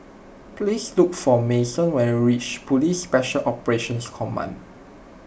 please look for Manson when you reach Police Special Operations Command